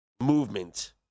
movement